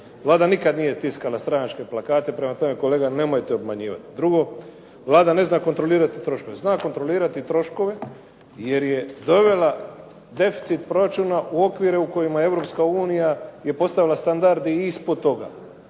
Vlada nikada nije tiskala stranačke plakate. Prema tome kolega nemojte obmanjivati. Drugo, Vlada ne zna kontrolirati troškove. Vlada zna kontrolirati troškove, jer je dovela deficit proračuna u okvire u kojima je Europska unija je postavila standarde ispod toga.